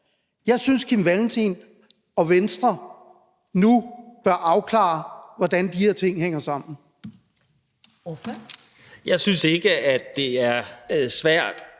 Jeg synes, at Kim Valentin og Venstre nu bør afklare, hvordan de her ting hænger sammen. Kl. 19:39 Første